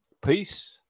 Peace